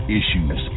issues